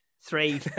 Three